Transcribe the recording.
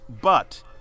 But-